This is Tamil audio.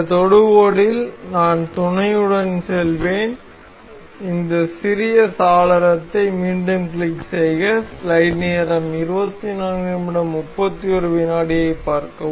இந்த தொடுகோடில் நான் துணையுடன் செல்வேன் இந்த சிறிய சாளரத்தை மீண்டும் கிளிக் செய்க